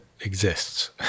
exists